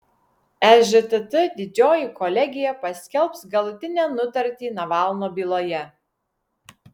ežtt didžioji kolegija paskelbs galutinę nutartį navalno byloje